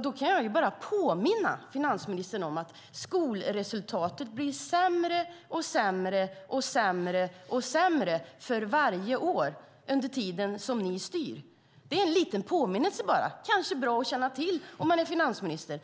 Då kan jag påminna finansministern om att skolresultaten blir sämre och sämre och sämre för varje år under tiden som ni styr. Det är en liten påminnelse, kanske bra att känna till om man är finansminister.